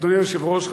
אדוני היושב-ראש,